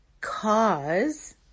cause